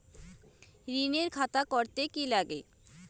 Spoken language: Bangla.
ঋণের খাতা করতে কি লাগে?